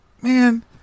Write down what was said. Man